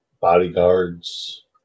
bodyguards